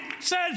says